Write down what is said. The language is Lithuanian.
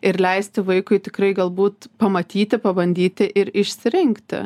ir leisti vaikui tikrai galbūt pamatyti pabandyti ir išsirinkti